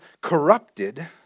corrupted